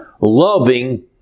loving